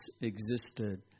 existed